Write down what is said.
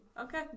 Okay